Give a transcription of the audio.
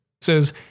says